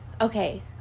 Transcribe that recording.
okay